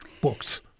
Books